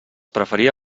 preferia